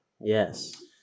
Yes